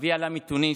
אבי עלה מתוניס,